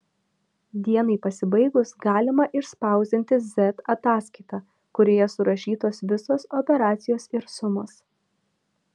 dienai pasibaigus galima išspausdinti z ataskaitą kurioje surašytos visos operacijos ir sumos